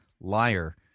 liar